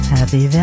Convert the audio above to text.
Happy